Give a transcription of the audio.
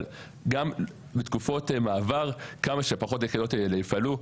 אבל גם בתקופות מעבר כמה שפחות היחידות האלו יופעלו.